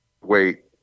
wait